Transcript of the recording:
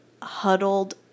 huddled